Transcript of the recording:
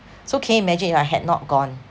so can you imagine if I had not gone